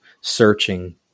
searching